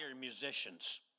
musicians